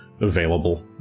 available